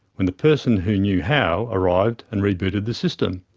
when the person who knew how arrived and rebooted the system.